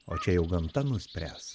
o čia jau gamta nuspręs